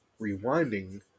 rewinding